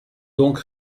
donc